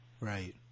Right